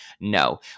No